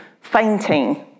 fainting